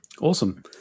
Awesome